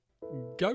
go